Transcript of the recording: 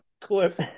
clip